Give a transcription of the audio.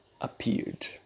appeared